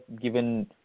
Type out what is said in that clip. given